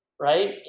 right